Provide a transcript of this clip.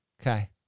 Okay